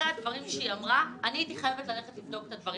אחרי הדברים שהיא אמרה הייתי חייבת ללכת לבדוק את הדברים.